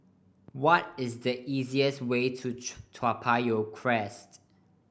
what is the easiest way to Toa Payoh Crest